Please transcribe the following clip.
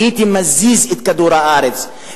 הייתי מזיז את כדור הארץ.